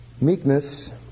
meekness